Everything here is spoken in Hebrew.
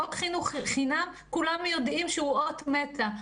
חוק חינוך חינם, כולנו יודעים שהוא אות מתה.